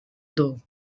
though